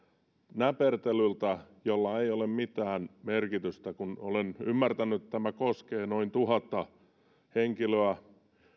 näpertelyltä jolla ei ole mitään merkitystä olen ymmärtänyt että tämä koskee noin tuhatta henkilöä